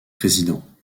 présidents